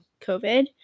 covid